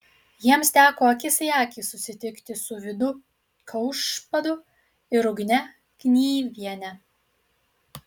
jiems teko akis į akį susitikti su vidu kaušpadu ir ugne knyviene